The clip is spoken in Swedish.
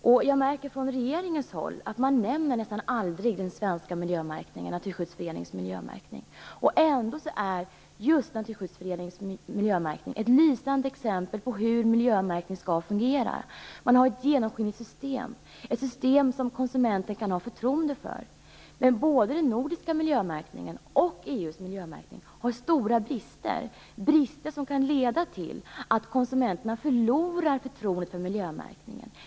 Jag märker att man från regeringens håll nästan aldrig nämner den svenska miljömärkningen, Naturskyddsföreningens miljömärkning. Ändå är just Naturskyddsföreningens miljömärkning ett lysande exempel på hur miljömärkning skall fungera. Man har ett genomskinligt system som konsumenten kan ha förtroende för. Men både den nordiska miljömärkningen och EU:s miljömärkning har stora brister som kan leda till att konsumenterna förlorar förtroendet för miljömärkningen.